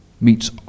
meets